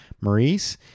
Maurice